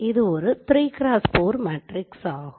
இது ஒரு 3x 4 matrix ஆகும்